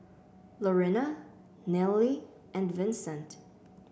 Lorena Nallely and Vicente